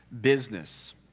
business